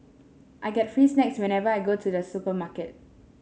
I get free snacks whenever I go to the supermarket